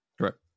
Correct